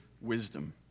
wisdom